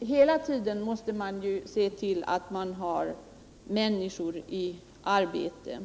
Hela tiden måste man ju se till att man har människor i arbete.